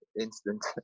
instant